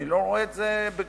אני לא רואה את זה לגנותה.